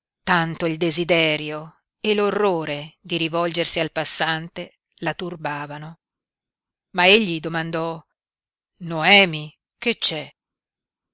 tanto il desiderio e l'orrore di rivolgersi al passante la turbavano ma egli domandò noemi che c'è